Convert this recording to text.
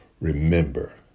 remember